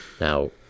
Now